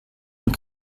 und